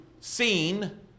seen